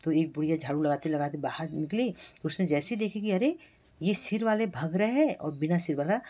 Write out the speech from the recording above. तो एक बुढ़िया झाड़ू लगाते लगाते बाहर निकली उसने जैसे देखी कि अरे ये सिर वाले भाग रहे हैं और बिना सिर वाला